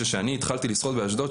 כשאני התחלתי לשחות באשדוד,